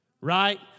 right